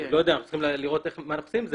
אנחנו צריכים לראות מה עושים עם זה,